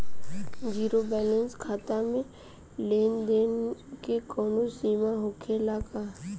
Zero balance खाता में लेन देन के कवनो सीमा होखे ला का?